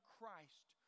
Christ